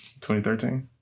2013